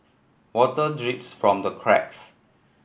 water drips from the cracks